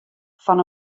fan